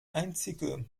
einzige